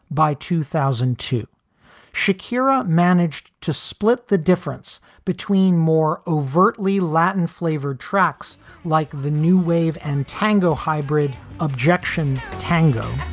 by two thousand and two, sharkira managed to split the difference between more overtly latin flavored tracks like the new wave and tango hybrid objection. tango